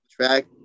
track